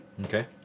Okay